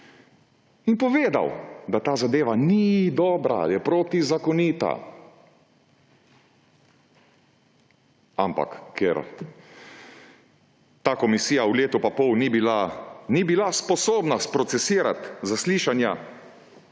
in povedal, da ta zadeva ni dobra, je protizakonita. Ampak ker ta komisija v letu in pol ni bila sposobna sprocesirati zaslišanja